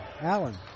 Allen